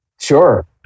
Sure